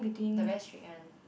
the very strict one